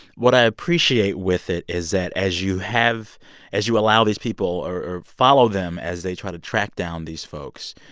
what i appreciate with it is that as you have as you allow these people or follow them as they try to track down these folks,